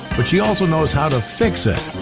but she also knows how to fix it.